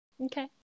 Okay